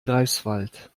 greifswald